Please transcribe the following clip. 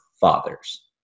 fathers